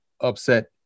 upset